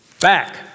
Back